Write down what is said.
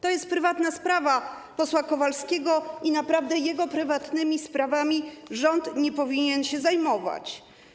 To jest prywatna sprawa posła Kowalskiego i naprawdę jego prywatnymi sprawami rząd nie powinien się zajmować.